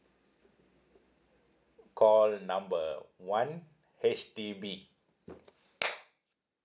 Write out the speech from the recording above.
call number one H_D_B